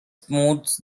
smooths